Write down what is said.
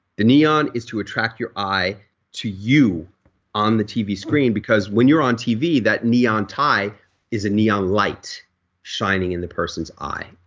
the neon is to attract your eye to you on the t v. screen because when you're on t v. that neon tie is a neon light shining in the person's eye.